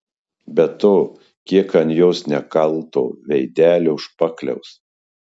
be to kiek ant jos nekalto veidelio špakliaus